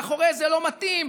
מאחורי "זה לא מתאים".